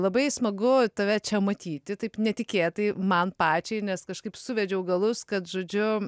labai smagu tave čia matyti taip netikėtai man pačiai nes kažkaip suvedžiau galus kad žodžiu